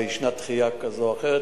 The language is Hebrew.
ויש דחייה כזאת או אחרת